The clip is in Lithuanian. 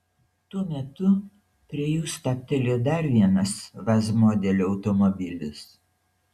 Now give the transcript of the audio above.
tuo metu prie jų stabtelėjo dar vienas vaz modelio automobilis